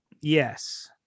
Yes